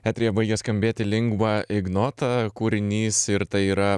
eteryje baigė skambėti lingva ignota kūrinys ir tai yra